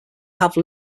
have